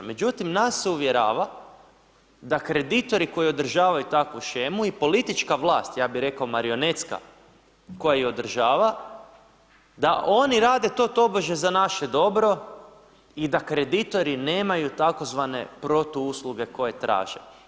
Međutim nas se uvjerava da kreditori koji održavaju takvu shemu i politička vlast, ja bih rekao marionetska koja ju održava da oni rade to tobože za naše dobro i da kreditori nemaju tzv. protuusluge koje traže.